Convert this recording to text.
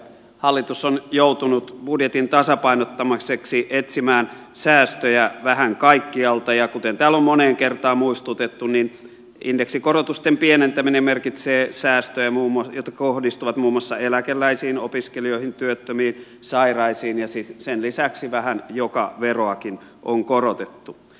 hallitus on joutunut budjetin tasapainottamiseksi etsimään säästöjä vähän kaikkialta ja kuten täällä on moneen kertaan muistutettu indeksikorotusten pienentäminen merkitsee säästöjä jotka kohdistuvat muun muassa eläkeläisiin opiskelijoihin työttömiin sairaisiin ja sen lisäksi vähän joka veroakin on korotettu